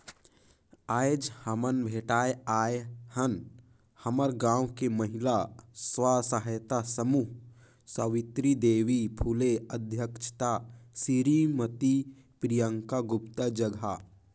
आयज हमन भेटाय आय हन हमर गांव के महिला स्व सहायता समूह सवित्री देवी फूले अध्यक्छता सिरीमती प्रियंका गुप्ता जघा